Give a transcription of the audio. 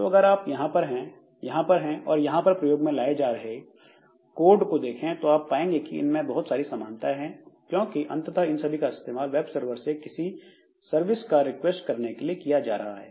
तो अगर आप यहां पर यहां पर और यहां पर प्रयोग में लाए जा रहे कोड को देखें तो आप पाएंगे इन में बहुत सारी समानताएं हैं क्योंकि अंततः इन सभी का इस्तेमाल वेब सर्वर से किसी सर्विस का रिक्वेस्ट करने के लिए किया जा रहा है